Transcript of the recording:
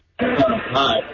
Hi